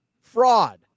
fraud